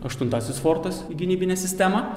aštuntasis fortas į gynybinę sistemą